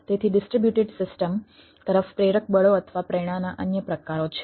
તેથી distributed system તરફ પ્રેરક બળો અથવા પ્રેરણાના અન્ય પ્રકારો છે